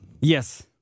Yes